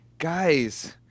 Guys